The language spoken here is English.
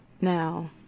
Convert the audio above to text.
Now